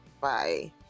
Bye